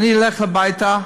אני הולך הביתה,